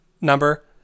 number